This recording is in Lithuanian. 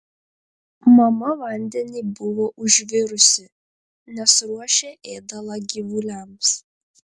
mama vandenį buvo užvirusi nes ruošė ėdalą gyvuliams